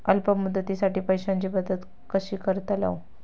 अल्प मुदतीसाठी पैशांची बचत कशी करतलव?